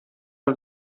els